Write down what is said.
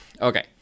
Okay